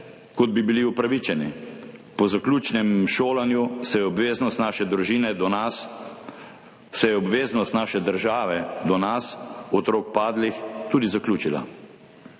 kot bi bili upravičeni. Po zaključenem šolanju se je obveznost naše države do nas, otrok padlih, tudi zaključila.